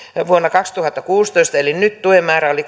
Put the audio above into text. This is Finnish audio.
vuonna kaksituhattakuusitoista eli nyt tuen määrä oli